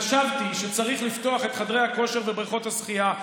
חשבתי שצריך לפתוח את חדרי הכושר ובריכות השחייה,